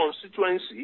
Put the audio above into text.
constituency